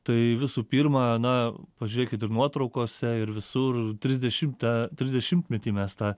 tai visų pirma na pažiūrėkit ir nuotraukose ir visur trisdešimtą trisdešimtmetį mes tą